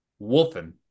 Wolfen